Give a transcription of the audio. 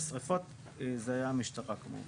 בשריפות זה היה המשטרה כמובן.